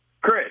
Chris